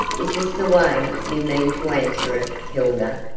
is this the way you mean to answer it, hilda?